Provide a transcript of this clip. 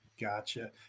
gotcha